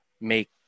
make